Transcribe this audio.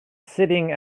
sitting